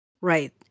Right